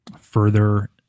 further